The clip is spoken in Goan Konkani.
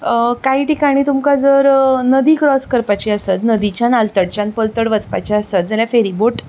कांय ठिकाणे तुमकां जर नदी क्रॉस करपाची आसत नदीच्यान आलतडच्यान पलतड वचपाचें आसत जाल्यार फेरीबोट